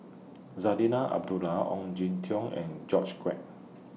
Zarinah Abdullah Ong Jin Teong and George Quek